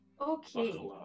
Okay